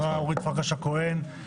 השרה אורית פרקש הכהן,